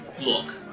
look